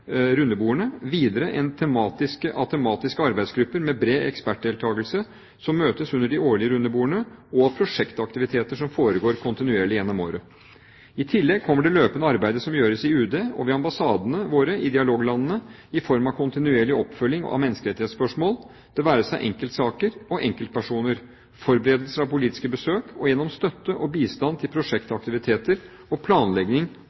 arbeidsgrupper med bred ekspertdeltakelse som møtes under de årlige rundebordskonferansene, og av prosjektaktiviteter som foregår kontinuerlig gjennom året. I tillegg kommer det løpende arbeidet som gjøres i UD og ved ambassadene våre i dialoglandene, i form av kontinuerlig oppfølging av menneskerettighetsspørsmål, det være seg i enkeltsaker eller for enkeltpersoner, forberedelser av politiske besøk, og gjennom støtte og bistand til prosjektaktiviteter og planlegging